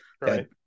Right